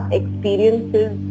experiences